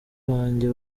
banjye